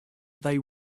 they